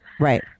Right